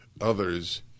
others